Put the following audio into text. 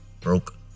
broken